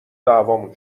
دعوامون